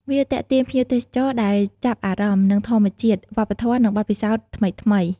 វាទាក់ទាញភ្ញៀវទេសចរដែលចាប់អារម្មណ៍នឹងធម្មជាតិ វប្បធម៌ និងបទពិសោធន៍ថ្មីៗ។